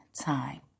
time